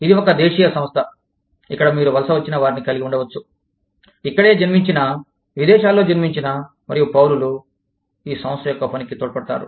ఇది ఒక దేశీయ సంస్థ ఇక్కడ మీరు వలస వచ్చిన వారిని కలిగి వుండవచ్చు ఇక్కడే జన్మించిన విదేశాలలో జన్మించిన మరియు పౌరులు ఈ సంస్థ యొక్క పనికి తోడ్పడతారు